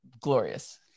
glorious